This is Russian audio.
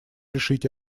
решить